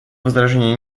возражений